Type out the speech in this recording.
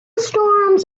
storms